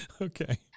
Okay